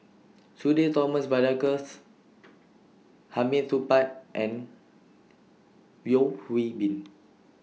Sudhir Thomas Vadaketh Hamid Supaat and Yeo Hwee Bin